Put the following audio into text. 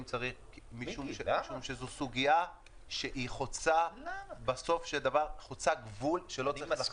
משום שזו סוגיה שחוצה בסופו של דבר גבול שלא צריך לחצות.